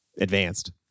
advanced